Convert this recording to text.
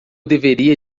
deveria